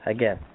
Again